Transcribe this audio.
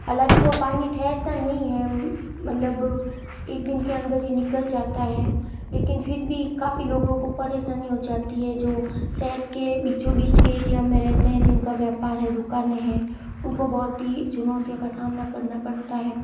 हालांकि वो पानी ठहरता नहीं है मतलब एक दिन के अंदर ही निकल जाता है लेकिन फिर भी काफ़ी लोगों को परेशानी हो जाती है जो शहर के बीचों बीच के एरिया में रहते हैं जिन का व्यापार है दुकान है उनको बहुत ही चुनौतियों का सामना करना पड़ता है